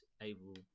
Able